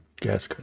gas